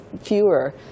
fewer